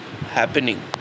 happening